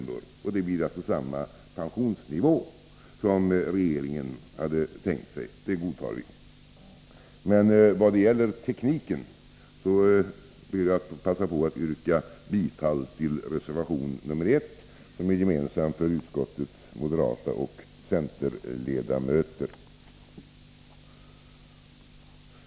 Det innebär alltså samma pensionsnivå som regeringen hade tänkt sig. Detta godtar vi. Vad gäller tekniken passar jag på att yrka bifall till reservation 1, som är gemensam för utskottets moderata ledamöter och centerledamöter.